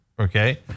Okay